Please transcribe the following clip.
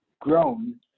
grown